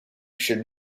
should